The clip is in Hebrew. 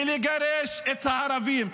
ולגרש את הערבים.